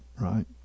right